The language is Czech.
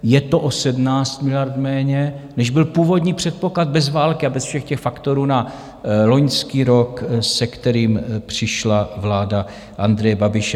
Je to o 17 miliard méně, než byl původní předpoklad bez války a bez všech těch faktorů na loňský rok, se kterým přišla vláda Andreje Babiše.